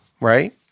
right